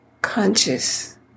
conscious